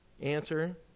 Answer